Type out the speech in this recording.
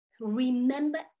remember